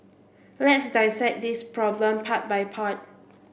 let's dissect this problem part by part